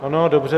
Ano, dobře.